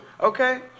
okay